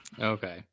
Okay